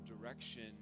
direction